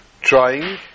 trying